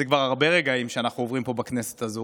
וזה כבר הרבה רגעים שאנחנו עוברים פה בכנסת הזו,